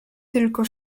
tylko